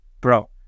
Bro